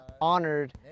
honored